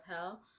hell